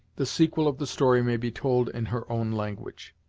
the sequel of the story may be told in her own language.